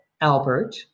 Albert